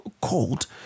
called